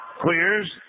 queers